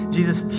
Jesus